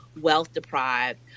wealth-deprived